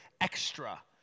extra